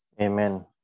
Amen